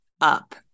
up